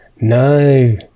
No